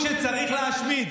ארגון שצריך להשמיד.